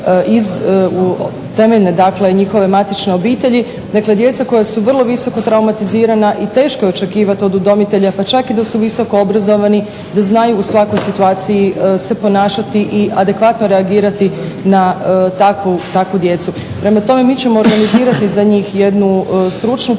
iz temeljne dakle njihove matične obitelji. Dakle, djeca koja su vrlo visoko traumatizirana i teško je očekivati od udomitelja, pa čak i da su visoko obrazovani da znaju u svakoj situaciji se ponašati i adekvatno reagirati na takvu djecu. Prema tome, mi ćemo organizirati za njih jednu stručnu potporu